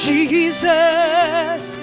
Jesus